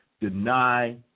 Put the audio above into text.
deny